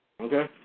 Okay